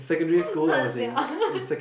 nerd sia